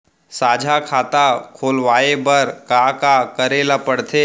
साझा खाता खोलवाये बर का का करे ल पढ़थे?